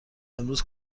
امروز